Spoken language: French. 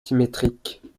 symétriques